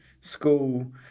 school